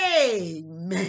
Amen